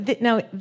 Now